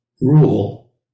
rule